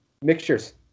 mixtures